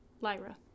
Lyra